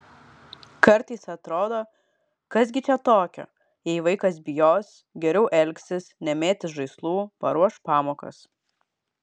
kartais atrodo kas gi čia tokio jei vaikas bijos geriau elgsis nemėtys žaislų paruoš pamokas